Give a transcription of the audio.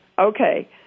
Okay